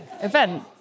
event